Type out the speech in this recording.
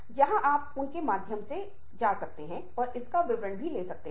यह क्लिचclichés या जाने माने तथ्यों के साथ होता है जिसमें आपकी रुचि हो सकती है या नहीं भी हो सकती है